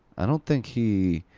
i don't think he.